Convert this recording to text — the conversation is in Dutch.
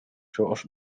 zoals